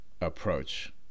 Approach